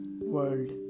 world